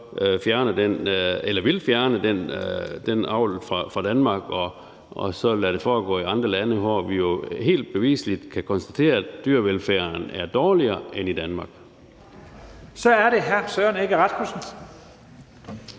man vil fjerne den avl fra Danmark og så lade det foregå i andre lande, hvor vi helt bevisligt kan konstatere, at dyrevelfærden er dårligere end i Danmark. Kl. 11:25 Første næstformand